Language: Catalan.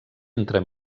entre